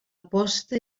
posta